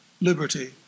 liberty